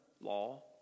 law